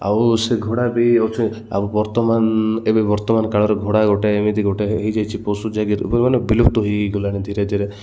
ଆଉ ସେ ଘୋଡ଼ା ବି ଅଛେ ଆଉ ବର୍ତ୍ତମାନ ଏବେ ବର୍ତ୍ତମାନ କାଳର ଘୋଡ଼ା ଗୋଟେ ଏମିତି ଗୋଟେ ହେଇଯାଇଛି ପଶୁ ଯାଇକି ମାନେ ବିଲୁପ୍ତ ହେଇଗଲାଣି ଧୀରେ ଧୀରେ